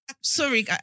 Sorry